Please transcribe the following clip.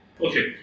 Okay